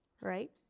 right